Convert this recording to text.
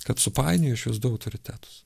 kad supainiojai šiuos du autoritetus